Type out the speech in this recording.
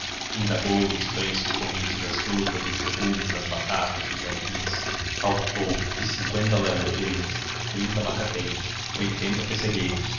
indagou dos preços correntes das frutas dos legumes das batatas dos aipins calculou que cinqüenta laranjeiras trinta abacateiros oitenta pessegueiros